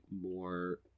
more